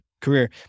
career